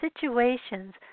situations